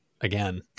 again